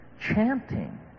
chanting